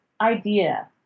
idea